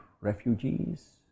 refugees